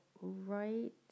right